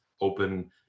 open